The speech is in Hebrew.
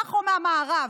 מהמזרח ובין מהמערב,